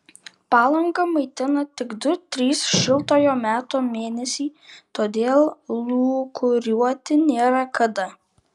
palangą maitina tik du trys šiltojo meto mėnesiai todėl lūkuriuoti nėra kada